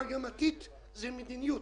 מגמתית, זה מדיניות.